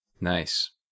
nice